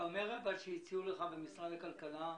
אתה אומר שהציעו לך במשרד הכלכלה סיוע,